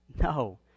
No